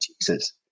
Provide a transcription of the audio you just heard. Jesus